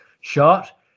shot